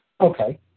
Okay